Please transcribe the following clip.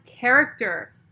character